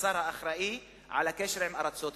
השר האחראי לקשר עם ארצות-הברית.